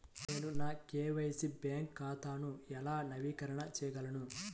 నేను నా KYC bank ఖాతాను ఎలా నవీకరణ చేయగలను?